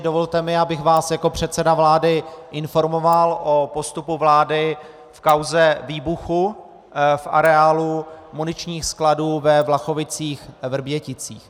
Dovolte mi, abych vás jako předseda vlády informoval o postupu vlády v kauze výbuchu v areálu muničních skladů ve VlachovicíchVrběticích.